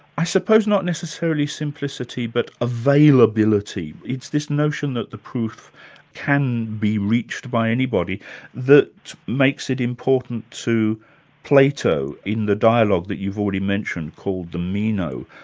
i suppose, not necessarily simplicity but availability. it's this notion that the proof can be reached by anybody that makes it important to plato in the dialogue that you've already mentioned, called the meno.